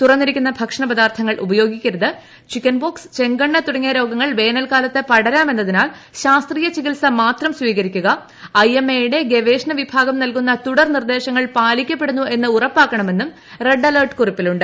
തുറന്നിരിക്കുന്ന ഭക്ഷണ പദാർഥങ്ങൾ ഉപയോഗിക്കരുത് ചിക്കൻപോക്സ് ചെങ്കണ്ണ് തുടങ്ങിയ രോഗങ്ങൾ വേനൽക്കാലത്ത് പടരാമെന്നതിനാൽ ശാസ്ത്രീയ ചികിത്സ മാത്രം സ്വീകരിക്കുക ഐഎംഎയുടെ ഗവേഷണ വിഭാഗം നൽകുന്ന തുടർ നിർദ്ദേശങ്ങൾ പാലിക്കപ്പെടുന്നു എന്ന് ഉറപ്പാക്കണമെന്നും റെഡ് അലർട്ട് കുറിപ്പിലുണ്ട്